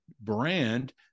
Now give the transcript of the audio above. brand